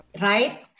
right